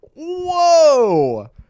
whoa